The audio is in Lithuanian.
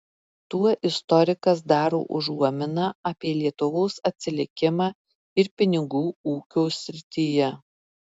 tuo istorikas daro užuominą apie lietuvos atsilikimą ir pinigų ūkio srityje